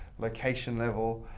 location level,